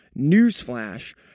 Newsflash